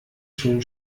schön